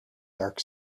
dark